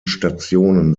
stationen